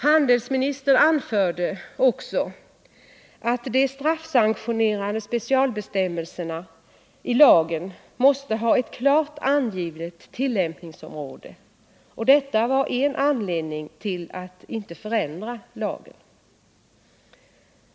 Handelsministern anförde att de straffsanktionerade specialbestämmelserna i lagen måste ha ett klart angivet tillämpningsområde och att detta var en anledning till att inte förändra lagen.